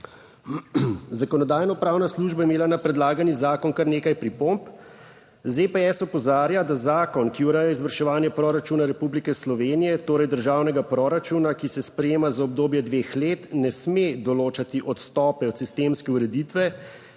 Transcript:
Zakonodajno-pravna služba je imela na predlagani zakon kar nekaj pripomb. ZPS opozarja, da zakon, ki ureja izvrševanje proračuna Republike Slovenije, torej državnega proračuna, ki se sprejema za obdobje dveh let, ne sme določati odstop od sistemske ureditve